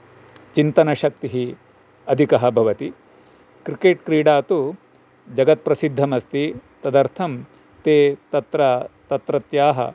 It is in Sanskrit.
चिन्तनशक्तिः अधिकः भवति क्रिकेट् क्रीडा तु जगत्प्रसिद्धमस्ति तदर्थं ते तत्र तत्रत्याः